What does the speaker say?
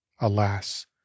alas